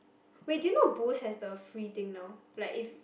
wait do you know Boost has the free thing now like if